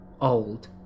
old